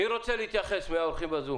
מי רוצה להתייחס מהאורחים בזום?